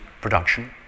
production